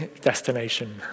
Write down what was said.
destination